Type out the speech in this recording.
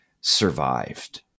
survived